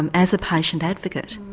um as a patient advocate?